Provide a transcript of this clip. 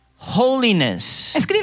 Holiness